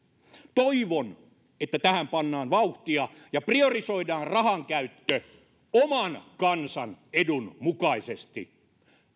toivon että tähän pannaan vauhtia ja priorisoidaan rahankäyttö oman kansan edun mukaisesti